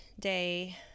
day